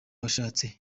washatse